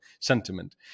sentiment